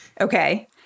Okay